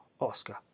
oscar